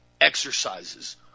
exercises